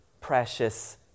precious